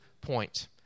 point